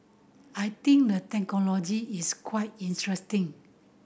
I think the technology is quite interesting